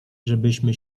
żebyśmy